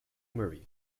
murray